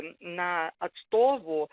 na atstovų